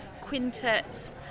quintets